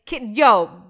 yo